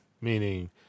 meaning